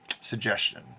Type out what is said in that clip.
suggestion